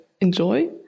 enjoy